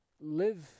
live